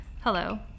Hello